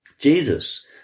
Jesus